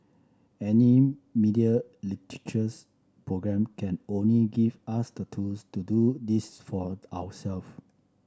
any media programme can only give us the tools to do this for our self